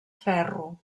ferro